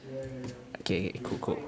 okay cool cool